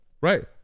Right